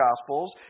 gospels